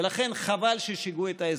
ולכן, חבל ששיגעו את האזרחים.